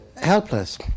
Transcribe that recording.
helpless